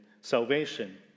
salvation